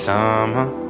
Summer